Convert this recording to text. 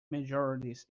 majorities